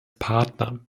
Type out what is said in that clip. partner